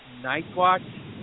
Nightwatch